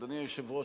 אדוני היושב-ראש,